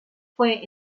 fue